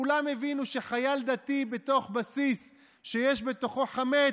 כולם הבינו שחייל דתי בתוך בסיס שיש בתוכו חמץ,